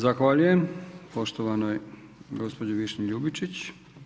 Zahvaljujem poštovanoj gospođi Višnji Ljubičić.